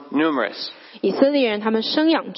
numerous